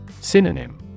Synonym